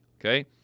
Okay